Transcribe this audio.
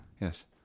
Yes